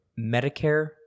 Medicare